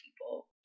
people